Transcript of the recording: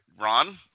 Ron